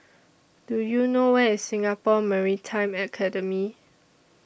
Do YOU know Where IS Singapore Maritime Academy